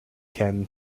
can